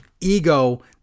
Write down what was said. ego